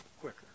quicker